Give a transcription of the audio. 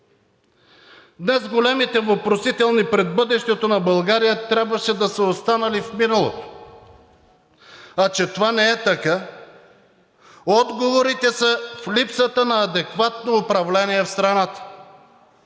Днес големите въпросителни пред бъдещето на България трябваше да са останали в миналото, а че това не е така – отговорите са в липсата на адекватно управление на страната.